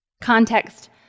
Context